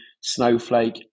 snowflake